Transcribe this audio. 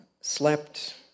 slept